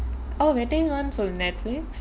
oh Vettai one is on Netflix